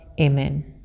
Amen